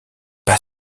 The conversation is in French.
pas